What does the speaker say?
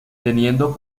teniendo